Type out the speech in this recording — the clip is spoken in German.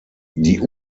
die